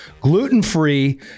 gluten-free